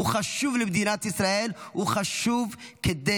הוא חשוב למדינת ישראל,